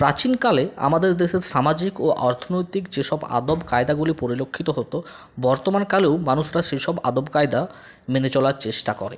প্রাচীনকালে আমাদের দেশের সামাজিক ও অর্থনৈতিক যেসব আদব কায়দাগুলি পরিলক্ষিত হতো বর্তমানকালেও মানুষরা সেসব আদব কায়দা মেনে চলার চেষ্টা করে